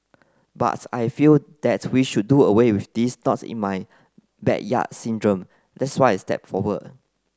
I feel that we should do away with this not in my backyard syndrome that's why I stepped forward